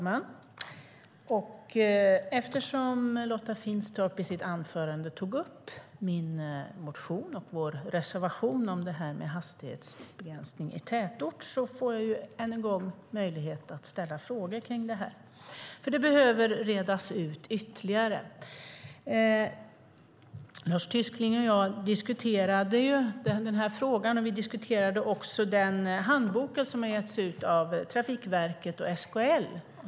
Fru talman! Eftersom Lotta Finstorp i sitt anförande tog upp min motion och vår reservation om hastighetsbegränsning i tätort får jag än en gång möjlighet att ställa frågor om detta. Det behöver redas ut ytterligare. Lars Tysklind och jag diskuterade frågan. Vi diskuterade också den handbok som har getts ut av Trafikverket och SKL.